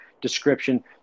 description